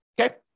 okay